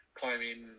climbing